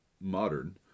modern